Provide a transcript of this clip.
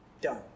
done